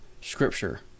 Scripture